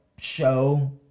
show